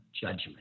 judgment